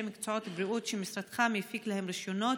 מקצועות בריאות שמשרדך מנפיק להם רישיונות?